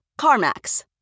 CarMax